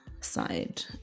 side